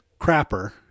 crapper—